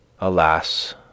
alas